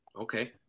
Okay